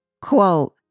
Quote